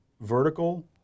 vertical